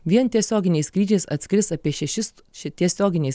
vien tiesioginiais skrydžiais atskris apie šešis ši tiesioginiais